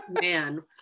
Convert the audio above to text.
Man